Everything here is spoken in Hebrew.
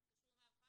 תתקשרו 105,